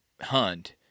hunt